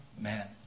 man